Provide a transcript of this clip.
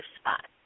spot